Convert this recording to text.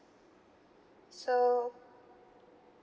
so